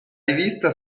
rivista